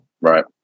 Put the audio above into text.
Right